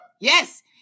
yes